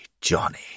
Johnny